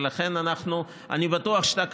ולכן אני בטוח שאתה,